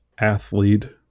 Athlete